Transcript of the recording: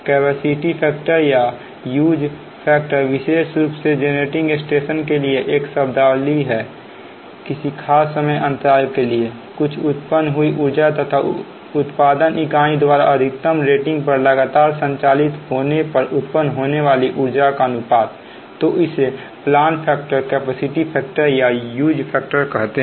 capacity factor या use factor विशेष रूप से जेनरेटिंग स्टेशन के लिए एक शब्दावली है जो किसी खास समय अंतराल के लिए कुछ उत्पन्न हुई उर्जा तथा उत्पादन इकाई द्वारा अधिकतम रेटिंग पर लगातार संचालित होने पर उत्पन्न होने वाली ऊर्जा का अनुपात है तो इसे प्लांट फैक्टर कैपेसिटी फैक्टर या यूज फैक्टर कहते हैं